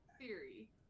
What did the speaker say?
theory